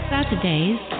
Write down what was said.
Saturdays